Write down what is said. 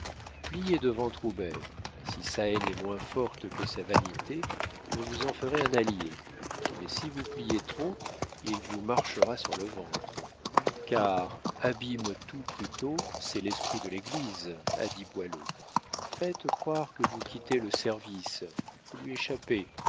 pliez devant troubert si sa haine est moins forte que sa vanité vous vous en ferez un allié mais si vous pliez trop il vous marchera sur le ventre car abîme tout plutôt c'est l'esprit de l'église a dit boileau faites croire que vous quittez le service vous lui échappez